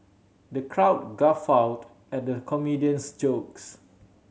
the crowd guffawed at the comedian's jokes